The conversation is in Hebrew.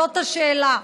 זאת השאלה.